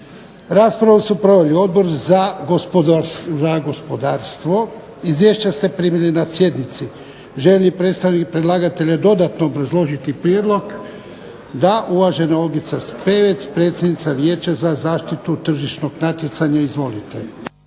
Raspravu su proveli Odbor za gospodarstvo. Izvješća ste primili na sjednici. Želi li predstavnik predlagatelja dodatno obrazložiti prijedlog? Da. Uvažena Olgica Spevec, predsjednica Vijeća za zaštitu tržišnog natjecanja. Izvolite.